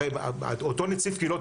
הרי אותו נציב קבילות,